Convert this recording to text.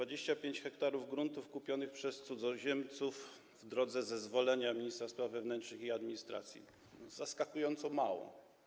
25 ha gruntów kupionych przez cudzoziemców w drodze zezwolenia ministra spraw wewnętrznych i administracji - zaskakująco mało.